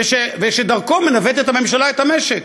ודרכו מנווטת הממשלה את המשק.